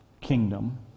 kingdom